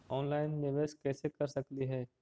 Online निबेस कैसे कर सकली हे?